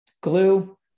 glue